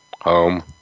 home